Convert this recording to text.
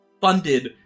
funded